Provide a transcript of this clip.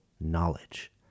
knowledge